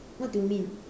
what do you mean